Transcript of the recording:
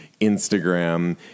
Instagram